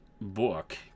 book